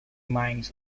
mines